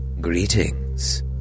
Greetings